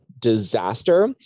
Disaster